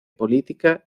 política